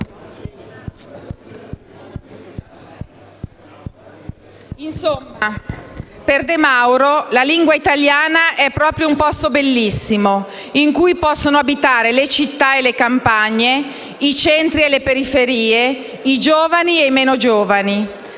Insomma, per De Mauro la lingua italiana è proprio un "posto bellissimo", in cui possono abitare le città e le campagne, i centri e le periferie, i giovani e i meno giovani.